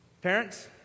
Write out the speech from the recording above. parents